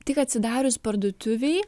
tik atsidarius parduotuvei